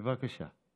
בבקשה.